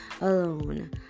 alone